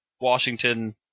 Washington